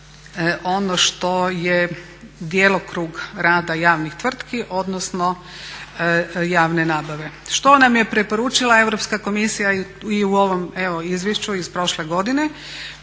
ono što je djelokrug rada javnih tvrtki, odnosno javne nabave. Što nam je preporučila Europska komisija i u ovom izvješću iz prošle godine?